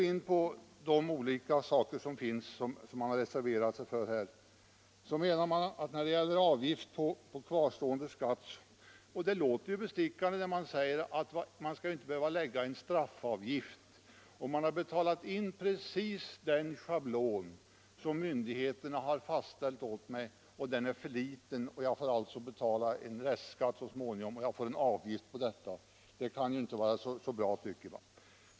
I en reservation menar man — och det låter ju bestickande — att den som har betalat in egenavgifter precis enligt den schablon som myndigheterna har fastställt inte skall påföras en straffavgift om det sedan visar sig att det inebetalade beloppet är för litet.